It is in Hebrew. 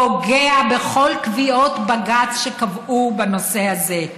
פוגע בכל קביעות בג"ץ שקבעו בנושא הזה.